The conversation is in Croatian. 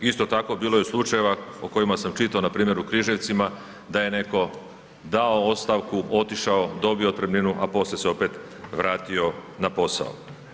Isto tako bilo je slučajeva o kojima sam čuo npr. u Križevcima da je netko dao ostavku, otišao, dobio otpremninu a poslije se opet vratio na posao.